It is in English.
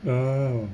orh